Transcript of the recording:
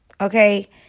Okay